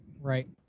right